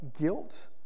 guilt